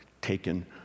taken